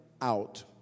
out